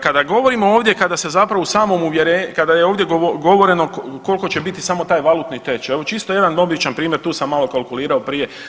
Kada govorimo ovdje, kada se zapravo u samom uvjere, kada je ovdje govoreno koliko će bit samo taj valutni tečaj, evo čisto jedan običan primjer, tu sam malo kalkulirao prije.